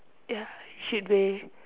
ya should be